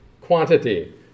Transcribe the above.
Quantity